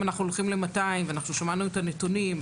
אם אנחנו הולכים ל-200 ושמענו את הנתונים,